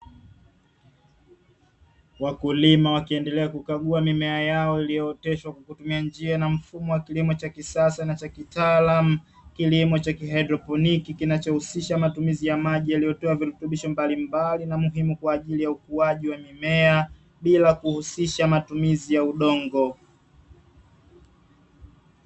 Wakulima wakiendelea kukagua mimea yao iliyooteshwa kwa kutumia njia na mfumo wa kilimo cha kisasa na cha kitaalamu, kilimo cha haidroponi, kinachohusisha matumizi ya maji yaliyotiwa virutubisho mbalimbali na muhimu kwa ajili ya ukuaji wa mimea bila kuhusisha matumizi ya udongo.